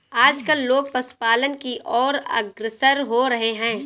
आजकल लोग पशुपालन की और अग्रसर हो रहे हैं